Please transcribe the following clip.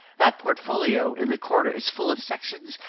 that portfolio in the corner is full of sections,